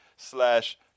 slash